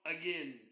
again